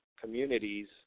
communities